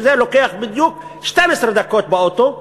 שזה לוקח בדיוק 12 דקות באוטו,